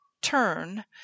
turn